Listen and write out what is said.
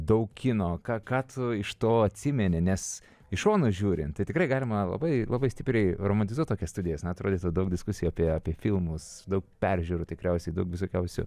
daug kino ką ką tu iš to atsimeni nes iš šono žiūrint tai tikrai galima labai labai stipriai romantizuot tokias studijas na atrodytų daug diskusijų apie apie filmus daug peržiūrų tikriausiai daug visokiausių